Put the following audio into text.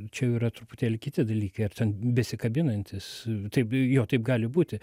čia jau yra truputėlį kiti dalykai ar ten besikabinantis taip jo taip gali būti